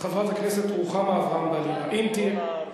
אחריו חברת הכנסת רוחמה אברהם-בלילא, אם תהיה.